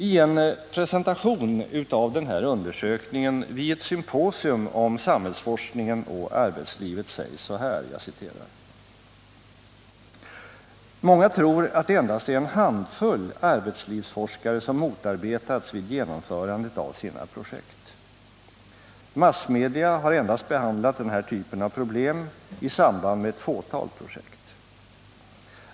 I en presentation av den här undersökningen vid ett symposium om samhällsforskningen och arbetslivet sägs: ”Många tror att det endast är en handfull arbetslivsforskare som motarbetats vid genomförandet av sina projekt. Massmedia har endast behandlat den här typen av problem i samband med ett fåtal projekt.